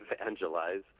evangelize